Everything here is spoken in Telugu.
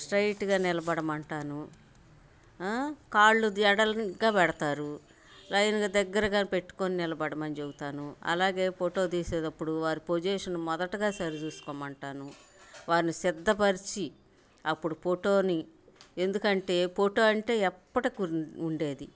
స్ట్రైట్గా నిలబడమని అంటాను కాళ్ళు ఎడంగా పెడతారు లైన్గా దగ్గరగా పెట్టుకుని నిలబడమని చెబుతాను అలాగే ఫోటో తీసేటప్పుడు వారి పొజిషన్ మొదటగా సరి చూసుకోమని అంటాను వారిని సిద్ధపరిచి అప్పుడు ఫోటోని ఎందుకు అంటే ఫోటో అంటే ఎప్పటికీ ఉండేది